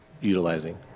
utilizing